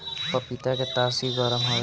पपीता के तासीर गरम हवे